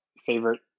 favorite